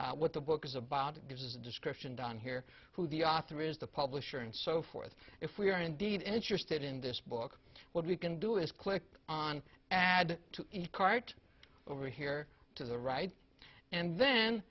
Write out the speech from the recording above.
about what the book is about this is a description done here who the author is the publisher and so forth if we are indeed interested in this book what we can do is click on add to cart over here to the right and then